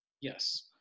Yes